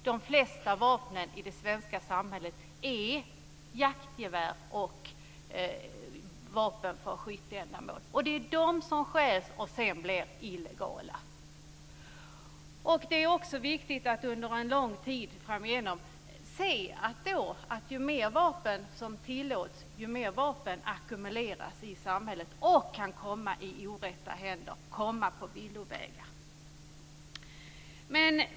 De flesta vapen i det svenska samhället är ju jaktgevär och vapen för skytteändamål. Det är de som stjäls och sedan blir illegala. Det är också viktigt att se över en lång tid att ju mer vapen som tillåts desto fler vapen ackumuleras i samhället och kan komma i orätta händer, komma på villovägar.